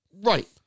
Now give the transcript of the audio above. Right